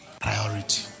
priority